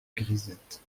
grisette